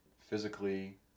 physically